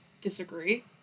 disagree